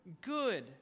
good